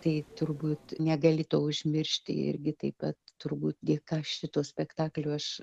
tai turbūt negali to užmiršti irgi taip pat turbūt dėka šito spektaklio aš